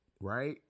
Right